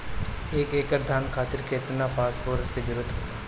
एक एकड़ धान खातीर केतना फास्फोरस के जरूरी होला?